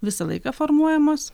visą laiką formuojamos